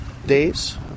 days